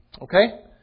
Okay